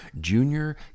junior